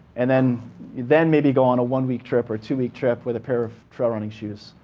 and then then maybe go on a one week trip or two week trip with a pair of trail running shoes,